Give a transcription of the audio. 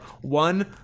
one